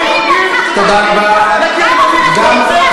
תודה רבה, תודה רבה.